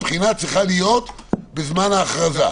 שהבחינה צריכה להיות בזמן ההכרזה.